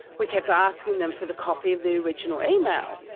we kept asking them for the copy of the original email,